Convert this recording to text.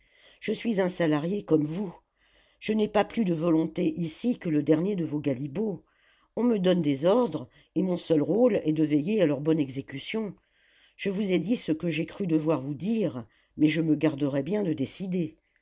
je suis un salarié comme vous je n'ai pas plus de volonté ici que le dernier de vos galibots on me donne des ordres et mon seul rôle est de veiller à leur bonne exécution je vous ai dit ce que j'ai cru devoir vous dire mais je me garderais bien de décider